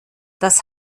das